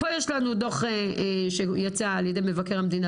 פה יש לנו דוח שיצא על-ידי מבקר המדינה